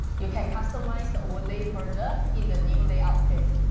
you can customize the overlay further in the new layout pane.